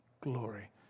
glory